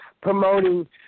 promoting